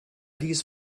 dies